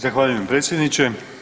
Zahvaljujem predsjedniče.